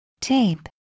Tape